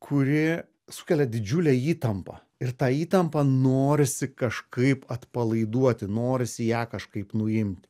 kuri sukelia didžiulę įtampą ir tą įtampą norisi kažkaip atpalaiduoti norisi ją kažkaip nuimti